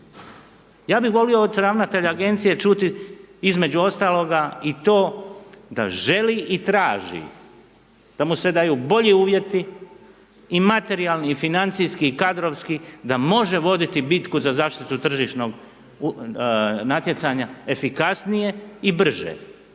Ja bih volio od ravnatelja agencije čuti, između ostaloga i to da želi i traži, da mu se daju bolji uvjeti i materijalni i financijski i kadrovski da može voditi bitku za zaštitu tržišnog natjecanja efikasnije i brže.